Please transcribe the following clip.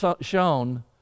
shown